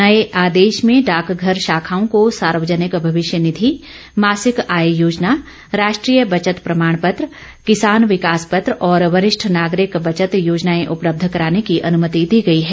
नये आदेश में डाकघर शाखाओं को सार्वजनिक भविष्य निधि मासिक आय योजना राष्ट्रीय बचत प्रमाण पत्र किसान विकास पत्र और वरिष्ठ नागरिक बचत योजनाएं उपलब्ध कराने की अनुमति दी गयी है